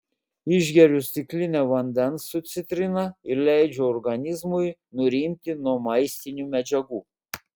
išgeriu stiklinę vandens su citrina ir leidžiu organizmui nurimti nuo maistinių medžiagų